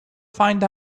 find